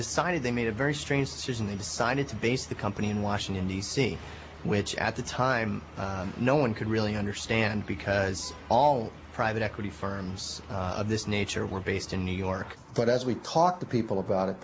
decided they made a very strange decision they decided to base the company in washington d c which at the time no one could really and because all private equity firms of this nature were based in new york but as we talk to people about it